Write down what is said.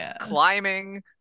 climbing